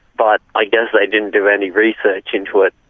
but i guess they didn't do any research into it.